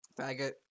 faggot